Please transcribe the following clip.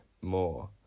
more